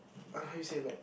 uh how you say like